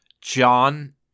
John